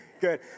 Good